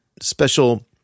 special